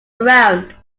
round